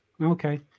Okay